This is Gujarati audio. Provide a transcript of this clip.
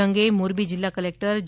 જે અંગે મોરબી જીલ્લા કલેકટર જે